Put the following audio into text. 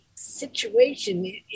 Situation